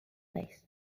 base